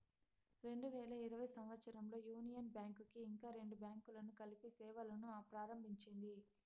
రెండు వేల ఇరవై సంవచ్చరంలో యూనియన్ బ్యాంక్ కి ఇంకా రెండు బ్యాంకులను కలిపి సేవలును ప్రారంభించింది